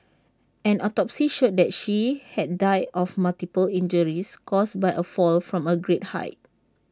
an autopsy showed that she had died of multiple injuries caused by A fall from A great height